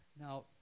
Now